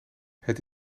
het